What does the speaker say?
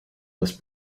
this